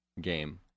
game